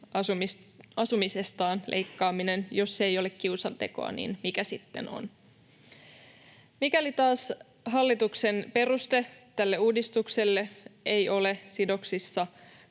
asumisestaan leikkaaminen ei ole kiusantekoa, mikä sitten on? Mikäli taas hallituksen peruste tälle uudistukselle ei ole sidoksissa